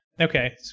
Okay